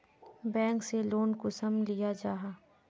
Bank से loan कुंसम लिया जाहा?